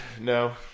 No